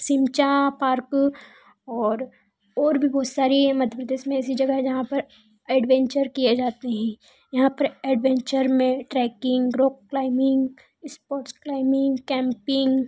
सिमचा park और और भी बहुत सारी है मध्य प्रदेश में ऐसी जगह हैं जहाँ पर एडवेंचर किए जाते हैं यहाँ पर एडवेंचर में trekking rock climbing sports climbing camping